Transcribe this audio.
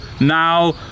now